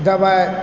दबाइ